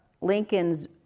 Lincoln's